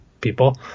people